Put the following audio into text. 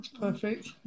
Perfect